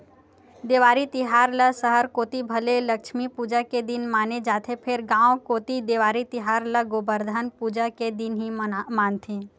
देवारी तिहार ल सहर कोती भले लक्छमी पूजा के दिन माने जाथे फेर गांव कोती देवारी तिहार ल गोबरधन पूजा के दिन ही मानथे